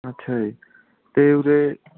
ਅੱਛਾ ਜੀ ਅਤੇ ਉਰੇ